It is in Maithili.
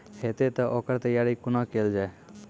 हेतै तअ ओकर तैयारी कुना केल जाय?